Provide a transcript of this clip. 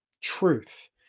truth